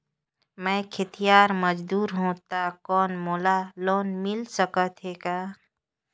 मैं खेतिहर मजदूर हों ता कौन मोला लोन मिल सकत हे का?